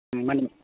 ᱦᱮᱸ ᱢᱟᱱᱮ